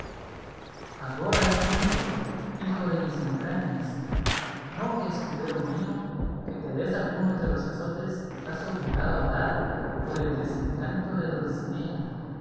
agora es tiempo hijo de mis entrañas no que escudero mío que te des algunos de los azotes que estás obligado a dar por el desencanto de dulcinea